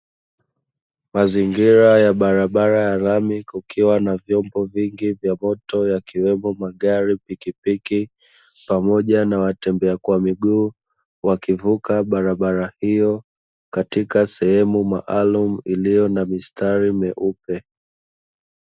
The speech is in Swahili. Mazingira ya barabara ya lami kukiwa na vyombo vingi vya moto yakiwemo magari, pikipiki pamoja na watembea kwa miguu wakivuka barabara hiyo katika sehemu maalumu iliyo na mistari myeupe.